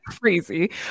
crazy